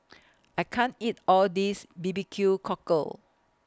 I can't eat All This B B Q Cockle